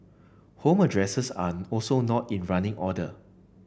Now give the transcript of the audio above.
home addresses are also not in running order